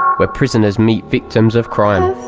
where prisoners meet victims of crime.